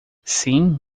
sim